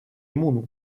муну